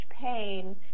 pain